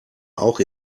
auch